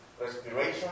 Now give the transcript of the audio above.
respiration